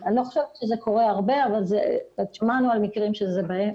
אני לא חושבת שזה קורה הרבה אבל שמענו על מקרים בהם